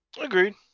Agreed